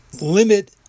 limit